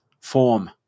form